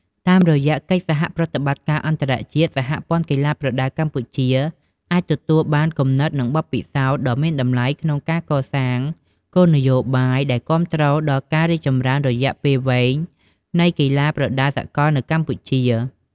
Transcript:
តាមរយៈកិច្ចសហប្រតិបត្តិការអន្តរជាតិ សហព័ន្ធកីឡាប្រដាល់កម្ពុជា អាចទទួលបានគំនិតនិងបទពិសោធន៍ដ៏មានតម្លៃក្នុងការកសាងគោលនយោបាយដែលគាំទ្រដល់ការរីកចម្រើនរយៈពេលវែងនៃកីឡាប្រដាល់សកលនៅកម្ពុជា។